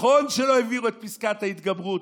נכון שלא העבירו את פסקת ההתגברות,